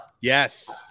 Yes